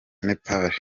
nepal